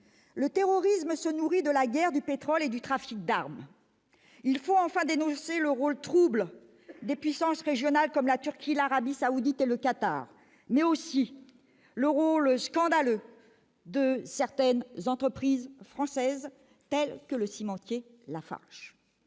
le terrorisme se nourrit de la guerre du pétrole et du trafic d'armes. Il faut enfin dénoncer le rôle trouble des puissances régionales comme la Turquie, l'Arabie Saoudite et le Qatar, mais aussi le rôle scandaleux de certaines entreprises françaises, telles que le cimentier Lafarge.